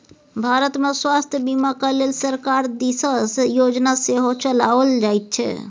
भारतमे स्वास्थ्य बीमाक लेल सरकार दिससँ योजना सेहो चलाओल जाइत छै